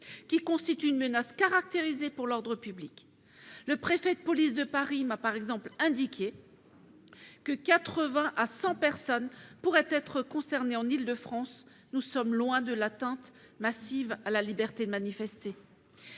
qui constituent une menace caractérisée pour l'ordre public. Le préfet de police de Paris m'a par exemple indiqué que de 80 à 100 personnes pourraient être concernées en Île-de-France : nous sommes loin de l'atteinte massive à la liberté de manifester